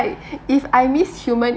if I miss human